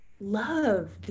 love